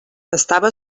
estava